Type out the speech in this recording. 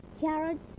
carrots